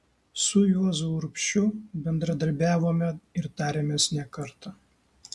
su juozu urbšiu bendradarbiavome ir tarėmės ne kartą